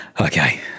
Okay